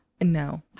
No